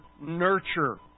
nurture